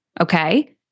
okay